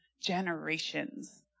generations